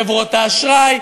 חברות האשראי,